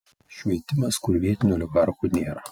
švietimas kur vietinių oligarchų nėra